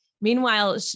meanwhile